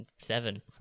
Seven